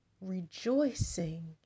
rejoicing